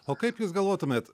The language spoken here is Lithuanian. o kaip jūs galvotumėt